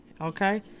okay